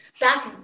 back